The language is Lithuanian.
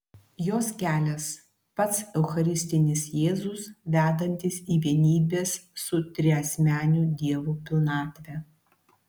jos kelias pats eucharistinis jėzus vedantis į vienybės su triasmeniu dievu pilnatvę